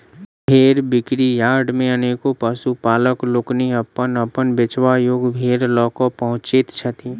भेंड़ बिक्री यार्ड मे अनेको पशुपालक लोकनि अपन अपन बेचबा योग्य भेंड़ ल क पहुँचैत छथि